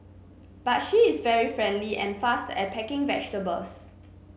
but she is very friendly and fast at packing vegetables